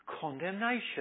condemnation